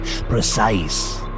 Precise